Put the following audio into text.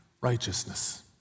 righteousness